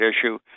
issue